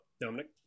dominic